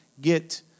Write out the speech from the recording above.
get